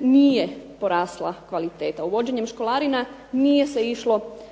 nije porasla kvaliteta. Uvođenjem školarina nije se išlo sustavno